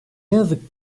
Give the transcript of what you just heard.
yazık